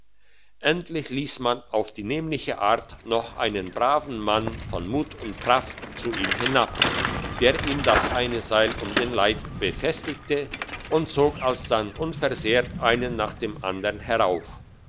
endlich liess man auf die nämliche art noch einen mann von mut und kraft zu ihm hinab der ihm das eine seil um den leib befestigte und zog alsdann unversehrt einen nach dem andern herauf